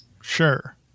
Sure